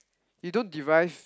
you don't derive